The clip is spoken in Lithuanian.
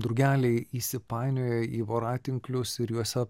drugeliai įsipainioja į voratinklius ir juose